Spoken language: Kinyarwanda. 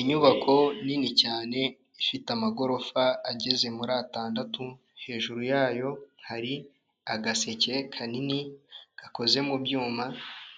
Inyubako nini cyane ifite amagorofa ageze muri atandatu hejuru yayo hari agaseke kanini gakoze mu byuma